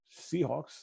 Seahawks